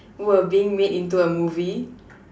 were being made into a movie